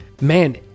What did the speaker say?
man